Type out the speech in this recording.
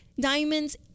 diamonds